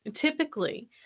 Typically